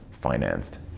financed